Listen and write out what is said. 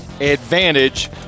advantage